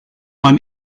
man